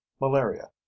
Malaria